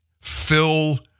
fill